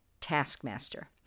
taskmaster